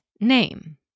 name